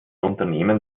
unternehmen